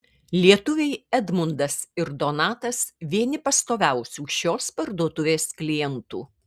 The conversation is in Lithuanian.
lietuviai edmundas ir donatas vieni pastoviausių šios parduotuvės klientų